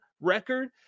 record